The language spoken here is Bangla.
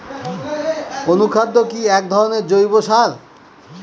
অনুখাদ্য কি এক ধরনের জৈব সার?